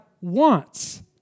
wants